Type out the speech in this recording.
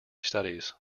studies